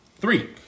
Three